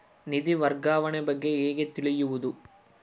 ನಿಧಿ ವರ್ಗಾವಣೆ ಬಗ್ಗೆ ಹೇಗೆ ತಿಳಿಯುವುದು?